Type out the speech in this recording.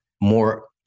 more